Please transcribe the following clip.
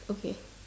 okay